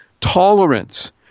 Tolerance